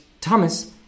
Thomas